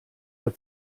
der